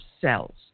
cells